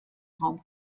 raum